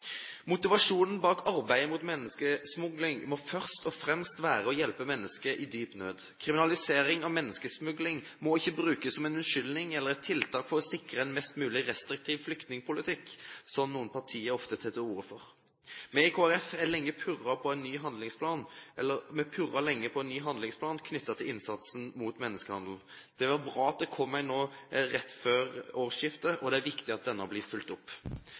Motivasjonen bak arbeidet mot menneskesmugling må først og fremst være å hjelpe mennesker i dyp nød. Kriminalisering av menneskesmugling må ikke brukes som en unnskyldning eller et tiltak for å sikre en mest mulig restriktiv flyktningpolitikk, som noen partier ofte tar til orde for. Vi i Kristelig Folkeparti purret lenge på en ny handlingsplan knyttet til innsatsen mot menneskehandel. Det var bra at det kom en nå, rett før årsskiftet, og det er viktig at denne blir fulgt opp.